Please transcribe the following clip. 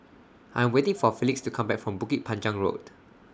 I Am waiting For Felix to Come Back from Bukit Panjang Road